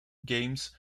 games